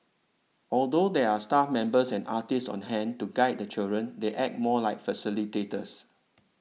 although there are staff members and artists on hand to guide the children they act more like facilitators